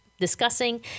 discussing